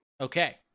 Okay